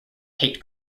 hate